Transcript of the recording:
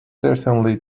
certainly